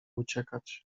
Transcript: uciekać